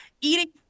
eating